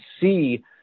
see